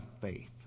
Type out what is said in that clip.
faith